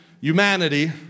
humanity